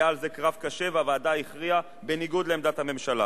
היה על זה קרב קשה והוועדה הכריעה בניגוד לעמדת הממשלה.